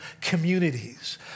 communities